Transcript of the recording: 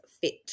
fit